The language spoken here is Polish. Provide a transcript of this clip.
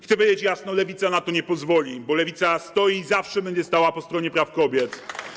Chcę powiedzieć jasno: Lewica na to nie pozwoli, bo Lewica stoi i zawsze będzie stała po stronie praw kobiet.